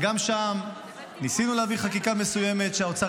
וגם שם ניסינו להעביר חקיקה מסוימת, האוצר